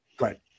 Right